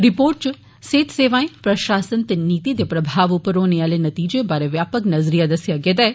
report इच सेहत सेवाएं प्रषासन ते नीति दे प्रभाव उप्पर होने आले नतीजें बारै व्यापक नज़रिया दसेआ गेआ ऐ